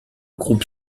groupe